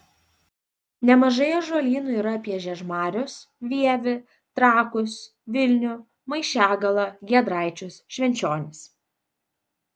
nemažai ąžuolynų yra apie žiežmarius vievį trakus vilnių maišiagalą giedraičius švenčionis